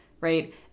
right